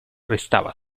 restava